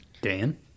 Dan